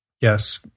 Yes